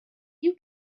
you